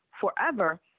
forever